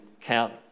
count